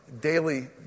daily